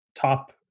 top